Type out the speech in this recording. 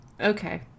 Okay